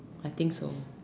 I think so